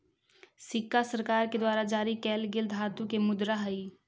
सिक्का सरकार के द्वारा जारी कैल गेल धातु के मुद्रा हई